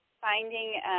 finding